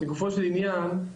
לגופו של עניין,